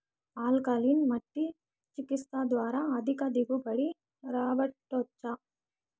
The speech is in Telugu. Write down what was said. ఆల్కలీన్ మట్టి చికిత్స ద్వారా అధిక దిగుబడి రాబట్టొచ్చా